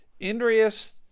indrius